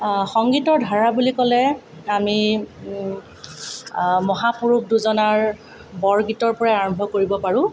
সংগীতৰ ধাৰা বুলি ক'লে আমি মহাপুৰুষ দুজনাৰ বৰগীতৰ পৰা আৰম্ভ কৰিব পাৰোঁ